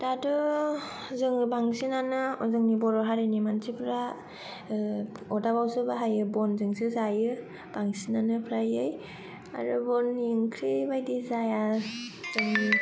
दाथ' जोङो बांसिनानो जोंनि बर' हारिनि मानसिफ्रा अगदाब आवसो बाहायो बनजोंसो जायो बांसिनानो फ्रायै आरो बननि ओंख्रि बादि जाया